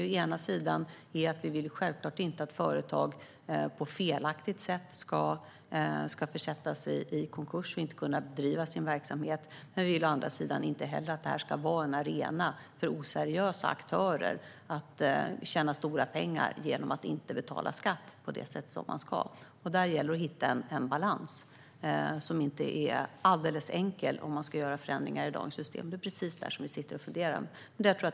Å ena sidan vill vi självklart inte att företag på felaktigt sätt ska försättas i konkurs och inte kunna bedriva sina verksamheter, och å andra sidan vill vi inte heller att det här ska vara en arena för oseriösa aktörer att tjäna stora pengar genom att inte betala skatt. Där gäller det att hitta en balans. Det är inte alldeles enkelt om det ska göras förändringar i dagens system. Det är precis de frågorna vi funderar över.